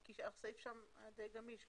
כי הסעיף שם היה די גמיש.